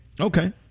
Okay